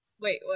Wait